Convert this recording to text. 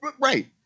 Right